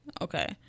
okay